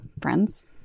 friends